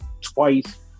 twice